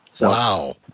wow